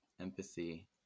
empathy